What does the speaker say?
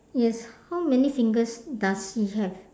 yes how many fingers does he have